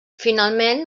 finalment